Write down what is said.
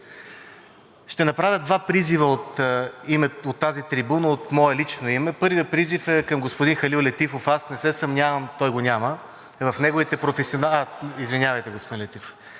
Ще направя два призива от тази трибуна от мое лично име. Първият призив е към господин Халил Летифов. Аз не се съмнявам, него го няма, в неговите професионални... Извинявайте, господин Летифов.